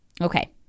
Okay